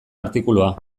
artikulua